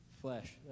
Flesh